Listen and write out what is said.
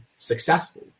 successful